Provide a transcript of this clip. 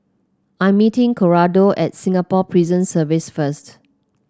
I'm meeting Cordaro at Singapore Prison Service first